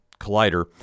collider